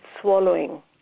swallowing